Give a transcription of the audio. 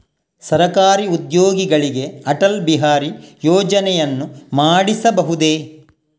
ಸರಕಾರಿ ಉದ್ಯೋಗಿಗಳಿಗೆ ಅಟಲ್ ಬಿಹಾರಿ ಯೋಜನೆಯನ್ನು ಮಾಡಿಸಬಹುದೇ?